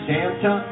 Santa